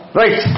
right